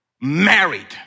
married